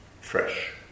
fresh